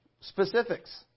specifics